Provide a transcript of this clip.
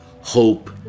hope